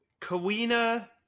Kawina